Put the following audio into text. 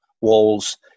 walls